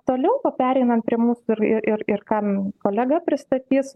toliau va pereinam prie mūsų ir ir ir ką kolega pristatys